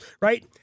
right